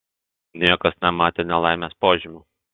niekas nematė nelaimės požymių